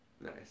nice